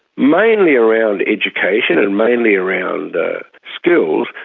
mainly around education and mainly around skills,